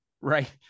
right